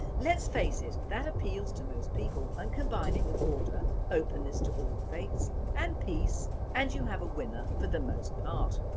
letis face it that appeals to most people and combine it with order, openness to all faiths and peace and you have a winner for the most part.